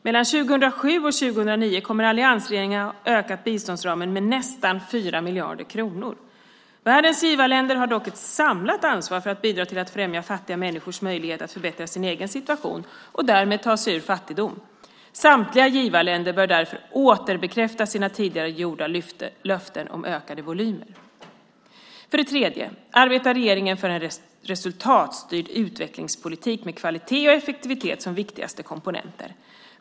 Mellan 2007 och 2009 kommer alliansregeringen att ha ökat biståndsramen med nästan 4 miljarder kronor. Världens givarländer har dock ett samlat ansvar för att bidra till att främja fattiga människors möjlighet att förbättra sin egen situation och därmed ta sig ur fattigdom. Samtliga givarländer bör därför återbekräfta sina tidigare gjorda löften om ökade volymer. För det tredje arbetar regeringen för en resultatstyrd utvecklingspolitik med kvalitet och effektivitet som viktigaste komponenter.